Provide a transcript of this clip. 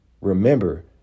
Remember